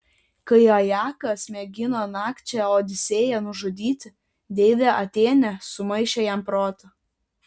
kai ajakas mėgino nakčia odisėją nužudyti deivė atėnė sumaišė jam protą